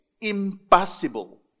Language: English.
impossible